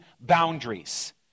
boundaries